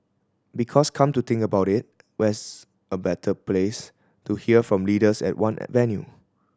because come to think about it where's a better place to hear from leaders at one venue